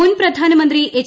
മുൻ പ്രധാനമന്ത്രി എച്ച്